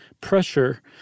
pressure